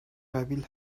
قبیل